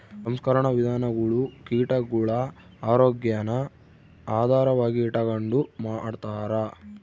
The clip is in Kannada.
ಸಂಸ್ಕರಣಾ ವಿಧಾನಗುಳು ಕೀಟಗುಳ ಆರೋಗ್ಯಾನ ಆಧಾರವಾಗಿ ಇಟಗಂಡು ಮಾಡ್ತಾರ